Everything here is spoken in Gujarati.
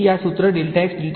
તેથી પછી આ સુત્ર બનશે